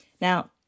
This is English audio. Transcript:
Now